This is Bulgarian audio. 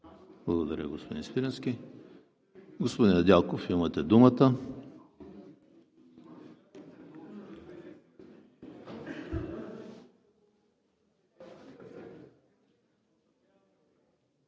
Благодаря Ви, господин Свиленски. Господин Недялков, имате думата.